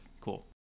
cool